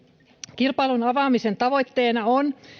kilpailun avaamisen tavoitteena on